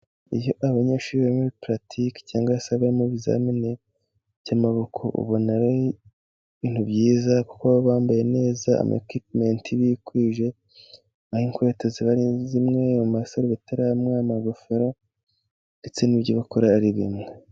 Iyo abanyeshuri bari muri puratike, cyangwa se bari mu bizamini by'amaboko, ubona ari ibintu byiza kuko baba bambaye neza amakipumenti bikwije, aho inkweto ziba ari zimwe, amasarubeti ari amwe, amagofero, ndetse n'ibyo bari gukora ari bimwe.